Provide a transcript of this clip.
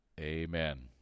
Amen